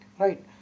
Right